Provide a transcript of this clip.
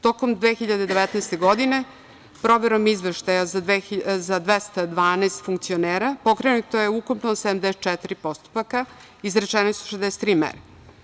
Tokom 2019. godine, proverom izveštaja za 212 funkcionera, pokrenuto je ukupno 74 postupaka, izrečene su 63 mere.